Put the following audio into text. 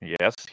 yes